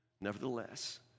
Nevertheless